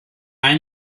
ein